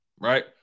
right